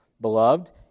Beloved